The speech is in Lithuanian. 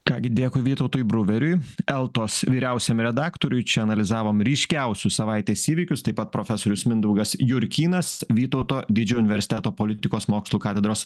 ką gi dėkui vytautui bruveriui eltos vyriausiam redaktoriui čia analizavom ryškiausius savaitės įvykius taip pat profesorius mindaugas jurkynas vytauto didžiojo universiteto politikos mokslų katedros